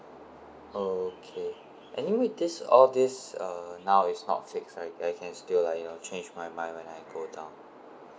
okay anyway this all this uh now is not fixed right I can still like you know change my mind when I go down